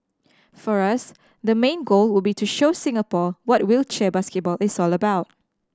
for us the main goal would be to show Singapore what wheelchair basketball is all about